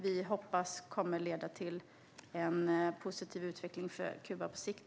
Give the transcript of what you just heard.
Vi hoppas att detta avtal ska leda till en positiv utveckling för Kuba på sikt.